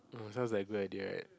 sounds like a good idea [right]